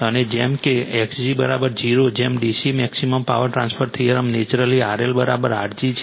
અને જેમ કે x g0 જેમ D C maximum power transfer theorem naturally RL R g છે